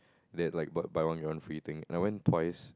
that like buy one get one free thing I went twice